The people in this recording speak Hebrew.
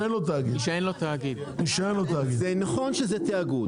זה נכון שזה תיאגוד,